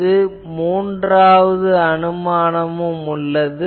இதில் மூன்றாவது அனுமானமும் உள்ளது